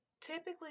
Typically